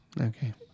Okay